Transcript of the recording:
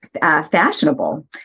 Fashionable